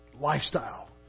lifestyle